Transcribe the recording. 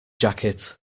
jacket